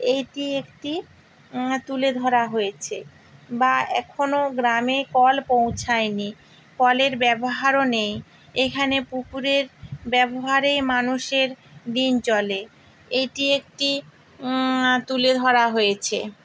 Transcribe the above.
এইটি একটি তুলে ধরা হয়েছে বা এখনো গ্রামে কল পৌঁছায় নি কলের ব্যবহারও নেই এখানে পুকুরের ব্যবহারেই মানুষের দিন চলে এইটি একটি তুলে ধরা হয়েছে